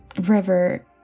River